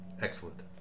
Excellent